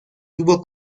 tuvo